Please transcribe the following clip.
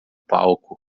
palco